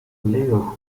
liu